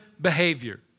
behavior